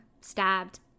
stabbed